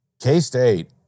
K-State